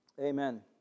Amen